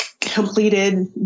completed